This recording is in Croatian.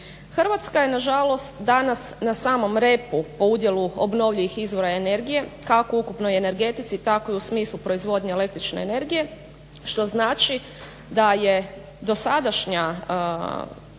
Hrvatska je na žalost danas na samom repu po udjelu obnovljivih izvora energije kako u ukupnoj energetici, tako i u smislu proizvodnje električne energije što znači da je dosadašnja tako